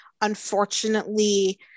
unfortunately